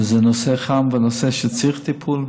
וזה נושא חם וזה נושא שצריך טיפול,